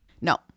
No